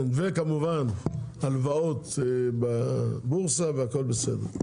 וכמובן הלוואות בבורסה והכול בסדר.